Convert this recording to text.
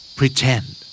Pretend